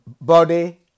body